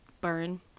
burn